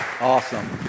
Awesome